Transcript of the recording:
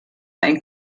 ein